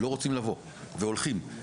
לא רוצים לבוא, והולכים.